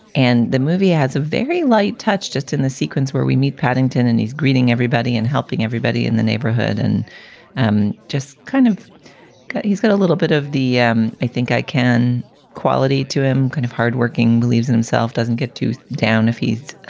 and the movie adds a very light touch just in the sequence where we meet paddington. and he's greeting everybody and helping everybody in the neighborhood. and um just kind of he's got a little bit of the i think i can quality to him, kind of hardworking, believes in himself, doesn't get too down if he's